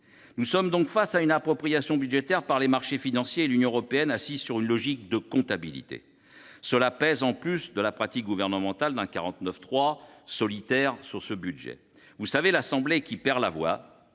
Nous sommes donc face à une appropriation budgétaire par les marchés financiers et par l’Union européenne, qui reste assise sur une logique de comptabilité. Cela pèse en plus de la pratique gouvernementale d’un 49.3 solitaire sur ce budget. Quand l’Assemblée nationale perd sa voix,